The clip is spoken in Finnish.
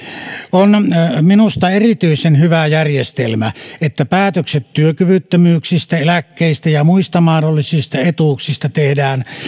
on minusta erityisen hyvä järjestelmä että päätökset työkyvyttömyyksistä eläkkeistä ja ja muista mahdollisista etuuksista tehdään